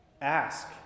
ask